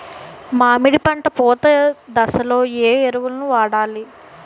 మామిడి పంట పూత దశలో ఏ ఎరువులను వాడాలి?